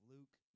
Luke